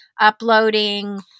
uploading